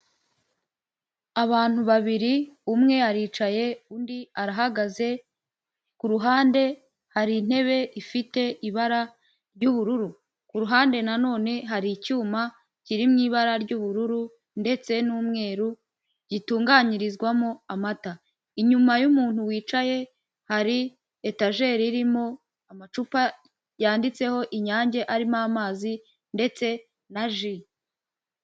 Abantu babiri, umwe aricaye undi arahagaze, ku ruhande hari intebe ifite ibara ry'ubururu, ku ruhande na none hari icyuma kiri mu ibara ry'ubururu, ndetse n'umweru, gitunganyirizwamo amata, inyuma y'umuntu wicaye hari etajeri, irimo amacupa yanditseho inyange, arimo amazi ndetse na ji.